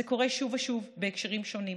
וזה קורה שוב ושוב בהקשרים שונים.